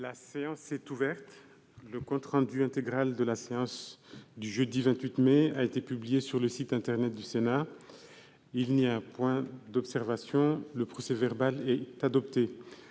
La séance est ouverte. Le compte rendu intégral de la séance du jeudi 28 mai 2020 a été publié sur le site internet du Sénat. Il n'y a pas d'observation ?... Le procès-verbal est adopté.